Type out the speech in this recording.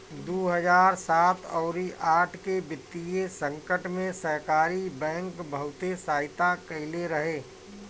दू हजार सात अउरी आठ के वित्तीय संकट में सहकारी बैंक बहुते सहायता कईले रहे